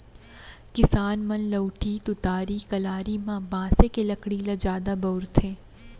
किसान मन लउठी, तुतारी, कलारी म बांसे के लकड़ी ल जादा बउरथे